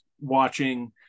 watching